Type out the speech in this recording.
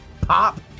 pop